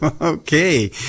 Okay